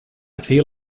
feel